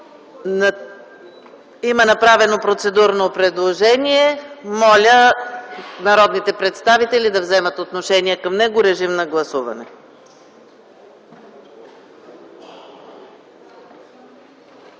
Има направено процедурно предложение. Моля народните представители да вземат отношение към него. Моля, гласувайте.